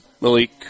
Malik –